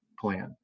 plan